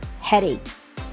headaches